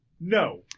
No